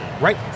Right